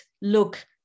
look